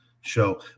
show